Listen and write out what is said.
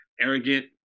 Arrogant